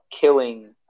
killing